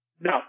No